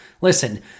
Listen